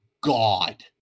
god